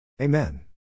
Amen